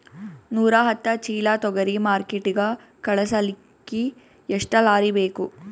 ನೂರಾಹತ್ತ ಚೀಲಾ ತೊಗರಿ ಮಾರ್ಕಿಟಿಗ ಕಳಸಲಿಕ್ಕಿ ಎಷ್ಟ ಲಾರಿ ಬೇಕು?